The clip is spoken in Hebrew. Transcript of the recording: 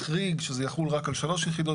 המבנה כולו לפי תקן לעמידות בפני רעידת